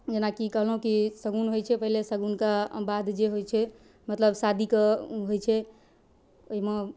जेनाकि कहलहुँ की शगुन होइ छै पहिले शगुनके बाद जे होइ छै मतलब शादीके होइ छै ओइमे